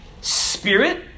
spirit